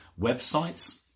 websites